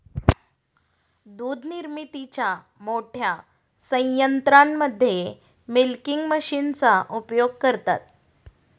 दूध निर्मितीच्या मोठ्या संयंत्रांमध्ये मिल्किंग मशीनचा उपयोग करतात